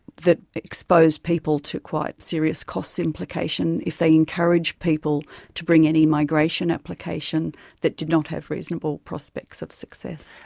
that exposed people to quite serious cost implication if they encouraged people to bring any migration application that didn't not have reasonable prospects of success.